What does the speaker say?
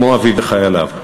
כמו אבי וחייליו.